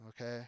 okay